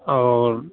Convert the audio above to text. और